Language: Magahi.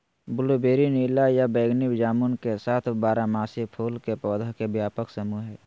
ब्लूबेरी नीला या बैगनी जामुन के साथ बारहमासी फूल के पौधा के व्यापक समूह हई